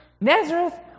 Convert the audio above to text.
Nazareth